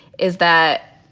is that,